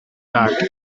cart